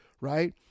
right